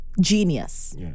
genius